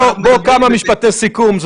בוא, כמה משפטי סיכום.